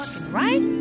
Right